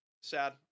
Sad